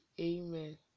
amen